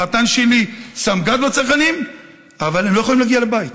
החתן שלי סמג"ד בצנחנים אבל הם לא יכולים להגיע לבית,